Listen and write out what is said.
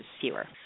fewer